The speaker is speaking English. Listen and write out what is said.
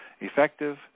effective